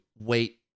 wait